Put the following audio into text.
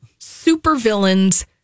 supervillains